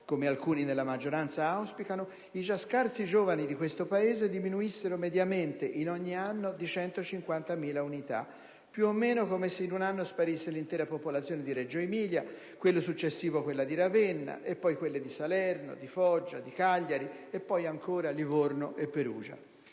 come alcuni della maggioranza auspicano, i già scarsi giovani di questo Paese diminuirebbero mediamente ogni anno di 150.000 unità. È più o meno come se in un anno sparisse l'intera popolazione di Reggio Emilia, quello successivo quella di Ravenna e poi quelle di Salerno, di Foggia, di Cagliari e poi ancora di Livorno e di Perugia.